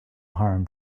harm